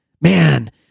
Man